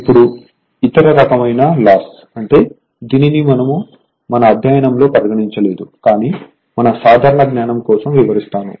ఇప్పుడు ఇతర రకమైన లాస్ అంటే దీనిని మన అధ్యయనంలో పరిగణించలేదు కానీ మన సాధారణ జ్ఞానం కోసం వివరిస్తాను